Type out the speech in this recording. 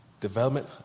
development